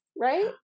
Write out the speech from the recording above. right